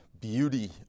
beauty